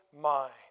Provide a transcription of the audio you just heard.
mind